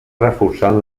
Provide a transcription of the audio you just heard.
reforçant